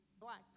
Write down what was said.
blacks